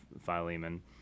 Philemon